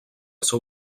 seu